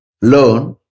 learn